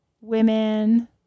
women